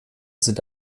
sind